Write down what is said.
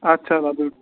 আচ্ছা দাদু